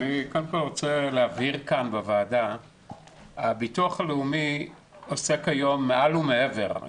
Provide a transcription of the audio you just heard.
אני רוצה להבהיר כאן לוועדה שהביטוח הלאומי עושה כיום מעל ומעבר.